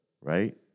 right